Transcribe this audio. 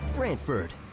Brantford